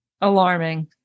alarming